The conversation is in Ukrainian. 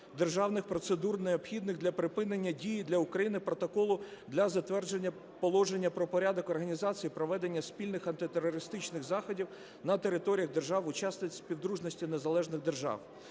процедур, необхідних для припинення дії для України Протоколу для затвердження Положення про порядок організації і проведення спільних антитерористичних заходів на територіях держав - учасниць Співдружності Незалежних Держав.